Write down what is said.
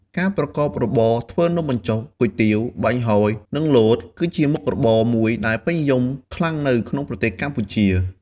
ការប្រកបរបរធ្វើនំបញ្ចុក គុយទាវ បាញ់ហ៊យ និងលត គឺជាមុខរបរមួយដែលពេញនិយមខ្លាំងនៅក្នុងប្រទេសកម្ពុជា។